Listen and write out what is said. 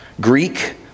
Greek